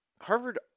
Harvard